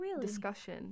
discussion